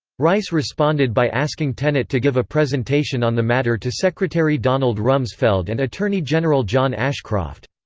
rice responded by asking tenet to give a presentation on the matter to secretary donald rumsfeld and attorney general john ashcroft.